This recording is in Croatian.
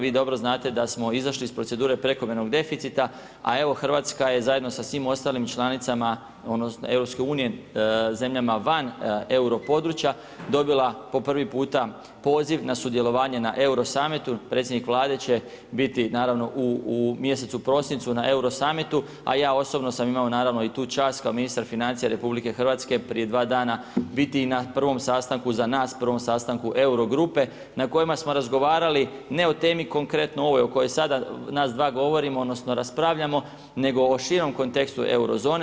Vi dobro znate da smo izašli iz procedure prekomjernog deficita a evo Hrvatska je zajedno sa svim ostalim članicama odnosno EU zemljama van euro područja dobila po prvi puta poziv na sudjelovanje na Euro samitu, predsjednik Vlade će biti naravno u mjesecu prosincu na Euro summitu a ja osobno sam imao naravno i tu čast kao ministar financija RH prije 2 dana biti i na prvom sastanku za nas, prvom sastanku euro grupe na kojima smo razgovarali ne o temi konkretno ovoj o kojoj sada nas dva govorimo odnosno raspravljamo nego o širem kontekstu euro zone.